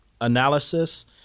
analysis